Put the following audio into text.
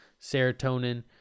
serotonin